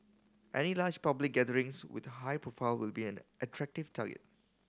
any large public gatherings with high profile will be an attractive target